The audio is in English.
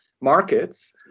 markets